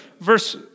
verse